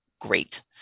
Great